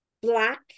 black